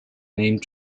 name